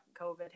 COVID